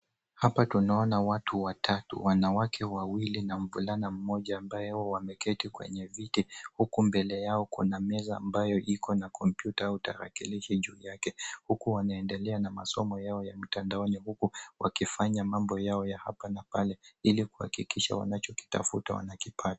Hapa tunaona watu watatu: wanawake wawili na mvulana mmoja ambao wameketi kwenye viti huku mbele yao kuna meza ambayo iko na kompyuta au tarakilishi juu yake, huku wanaendelea na masomo yao ya mitandaoni, huku wakifanya mambo yao ya hapa na pale ili kuhakikisha wanachokitafuta wanakipata.